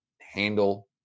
handle